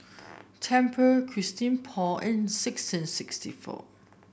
Tempur Christian Paul and sixteen sixty four